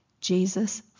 Jesus